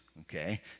okay